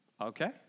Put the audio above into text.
Okay